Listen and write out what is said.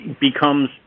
becomes